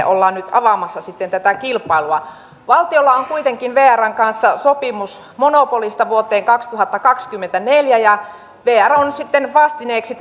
ollaan nyt avaamassa tätä kilpailua valtiolla on kuitenkin vrn kanssa sopimus monopolista vuoteen kaksituhattakaksikymmentäneljä asti ja vr on sitten vastineeksi